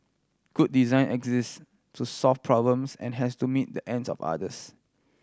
good design exist to solve problems and has to meet the ends of others